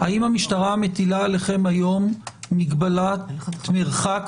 האם המשטרה מטילה עליכם היום מגבלת מרחק